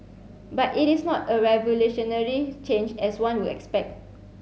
but it is not a revolutionary change as one would expect